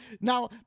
Now